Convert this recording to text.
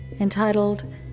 entitled